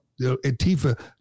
Atifa